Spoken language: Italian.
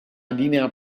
linea